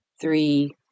three